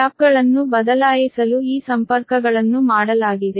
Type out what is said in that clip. ಟ್ಯಾಪ್ಗಳನ್ನು ಬದಲಾಯಿಸಲು ಈ ಸಂಪರ್ಕಗಳನ್ನು ಮಾಡಲಾಗಿದೆ